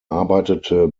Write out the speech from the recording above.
arbeitete